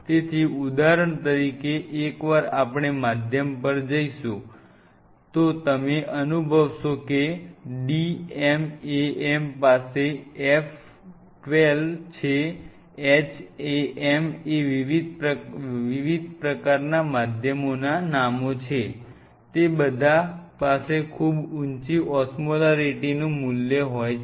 તેથી ઉદાહરણ તરીકે એકવાર આપણે માધ્યમ પર જઈશું તો તમે અનુભ વશો કે d m a m પાસે F12 છે HAM એ વિવિધ માધ્યમના નામો છે તે બધા પાસે ખૂબ ઊંચી ઓસ્મોલેરિટીનું મૂલ્ય હોય છે